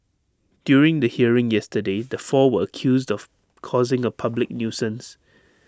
during the hearing yesterday the four were accused of causing A public nuisance